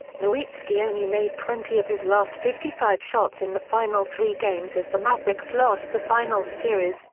nowitzki only made twenty of his last fifty five shots in the final three games as the mavericks lost the finals series,